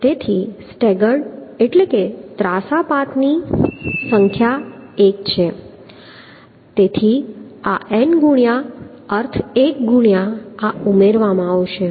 તેથી સ્ટેજર્ડ એટલે કે ત્રાંસા પાથની સંખ્યા એક છે તેથી આ n ગુણ્યાં અર્થ 1 ગુણ્યાં આ ઉમેરવામાં આવશે